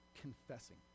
confessing